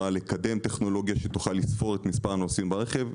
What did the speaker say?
לקדם טכנולוגיה שתוכל לספור את הנוסעים ברכב.